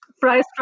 Price